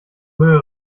müll